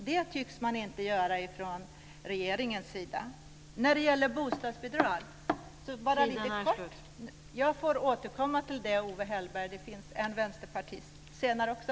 Det tycks man inte göra från regeringens sida. Jag får återkomma till frågan om bostadsbidrag - det kommer en vänsterpartist senare också.